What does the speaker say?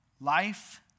Life